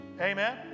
Amen